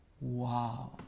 Wow